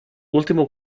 último